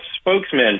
spokesman